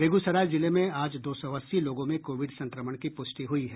बेगूसराय जिले में आज दो सौ अस्सी लोगों में कोविड संक्रमण की पुष्टि हुई है